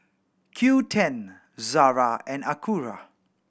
Qoo ten Zara and Acura